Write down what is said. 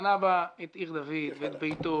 בנה בה את עיר דוד ואת ביתו,